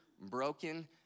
broken